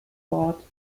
bord